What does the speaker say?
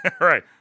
Right